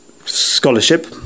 scholarship